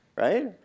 Right